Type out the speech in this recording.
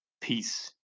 Peace